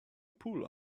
pool